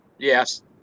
Yes